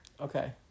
Okay